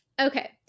Okay